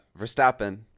Verstappen